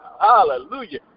hallelujah